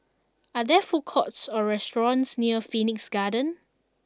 are there food courts or restaurants near Phoenix Garden